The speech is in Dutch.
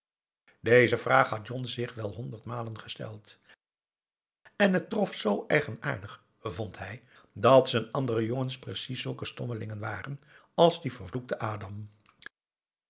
deze vraag had john zich wel honderdmalen gesteld en het trof zoo eigenaardig vond hij dat z'n andere jongens precies zulke stommelingen waren als die vervloekte adam